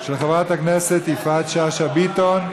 של חברת הכנסת יפעת שאשא ביטון.